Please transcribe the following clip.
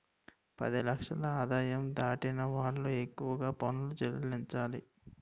పది లక్షల ఆదాయం దాటిన వాళ్లు ఎక్కువగా పనులు చెల్లించాలి